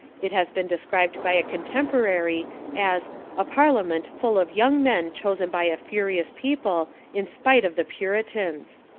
it has been described by a con temporary as a parliament full of young men chosen by a furious people in spite of the puri tans.